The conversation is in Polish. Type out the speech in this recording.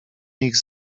ich